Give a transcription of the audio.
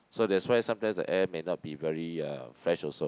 so that's why sometimes the air may not be very uh fresh also